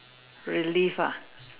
relive ah